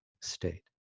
state